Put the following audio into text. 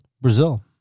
brazil